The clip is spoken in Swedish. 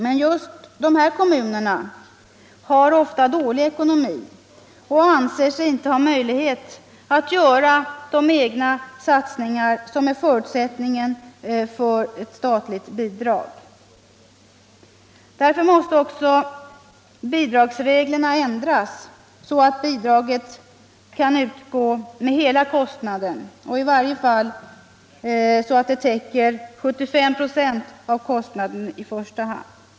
Men just dessa kommuner har ofta dålig ekonomi och anser sig inte ha möjligheter att göra de egna satsningar som är förutsättningen för statligt bidrag. Därför måste bidragsreglerna ändras, så att bidraget kan utgå med hela kostnaden och i varje fall så att det täcker 75 96 av kostnaden i första hand.